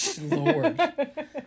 Lord